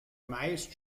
meist